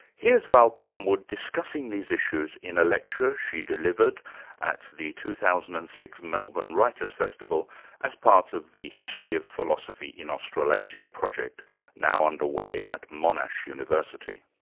here's val plumwood discussing these issues in a lecture she delivered at the two thousand and six melbourne writers' festival as part of the history of philosophy philosophy in australasia project now under way at monash university.